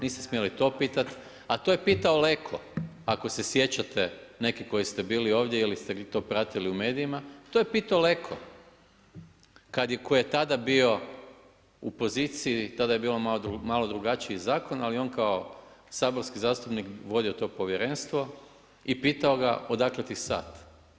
Niste smjeli to pitati a to je pitao Leko, ako se sjećate neki koji ste bili ovdje ili ste to pratili u medijima, to je pitao Leo kad je, koji je tada bio u poziciji, tada je bio malo drugačiji zakon ali on kao saborski zastupnik je vodio to povjerenstvo i pitao ga odakle ti sat.